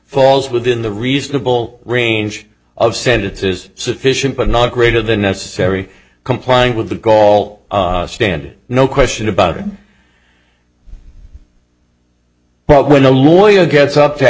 falls within the reasonable range of sentence is sufficient but not greater than necessary complying with the gall standard no question about it but when a lawyer gets up to